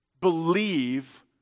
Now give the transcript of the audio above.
believe